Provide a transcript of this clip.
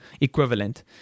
equivalent